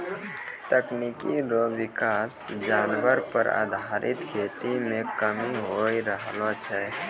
तकनीकी रो विकास जानवर पर आधारित खेती मे कमी होय रहलो छै